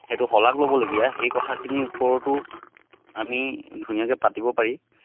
সেইটো শলাগ ল'বলগীয়া সেই কথাখিনিৰ ওপৰতো আমি ধুনীয়াকৈ পাতিব পাৰি